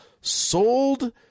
sold